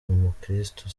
umukristu